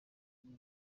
kumwe